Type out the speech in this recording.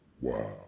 wow